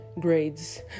grades